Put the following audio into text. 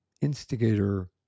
instigator